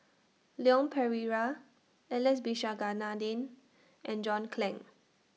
Leon Perera Alex Abisheganaden and John Clang